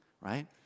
right